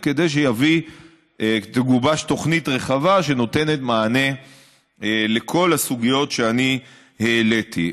כדי שתגובש תוכנית רחבה שנותנת מענה לכל הסוגיות שאני העליתי.